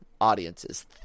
audiences